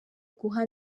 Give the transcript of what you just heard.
guha